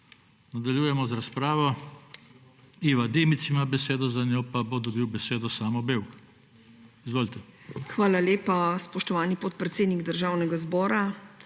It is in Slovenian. Nadaljujemo z razpravo. Iva Dimic ima besedo, za njo pa bo dobil besedo Samo Bevk. Izvolite. IVA DIMIC (PS NSi): Hvala lepa, spoštovani podpredsednik Državnega zbora.